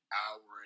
hour